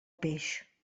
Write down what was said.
peix